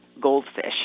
goldfish